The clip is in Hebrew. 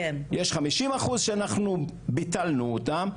יש 50 אחוז שאנחנו ביטלנו אותם,